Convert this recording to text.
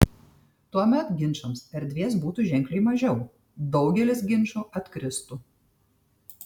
tuomet ginčams erdvės būtų ženkliai mažiau daugelis ginčų atkristų